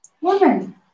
Woman